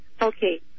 Okay